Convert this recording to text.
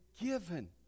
given